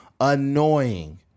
annoying